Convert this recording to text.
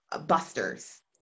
busters